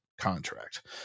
contract